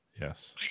Yes